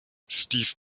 steve